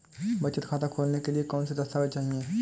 बचत खाता खोलने के लिए कौनसे दस्तावेज़ चाहिए?